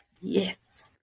Yes